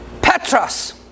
Petras